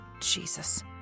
Jesus